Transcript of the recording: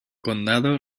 condado